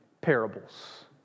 parables